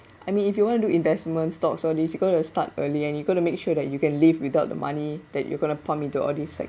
I mean if you want to do investment stocks so you're going to start early and you're going to make sure that you can live without the money that you're going to pump into all these like